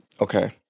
Okay